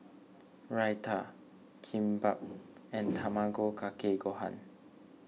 Raita Kimbap and Tamago Kake Gohan